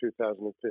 2015